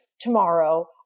tomorrow